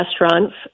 restaurants